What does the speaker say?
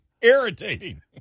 irritating